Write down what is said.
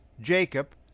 Jacob